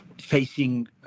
facing